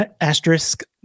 Asterisk